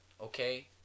okay